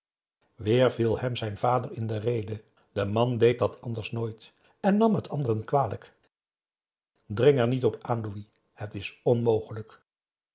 weer viel hem zijn vader in de rede de man deed dat anders nooit en nam het anderen kwalijk dring er niet op aan louis het is onmogelijk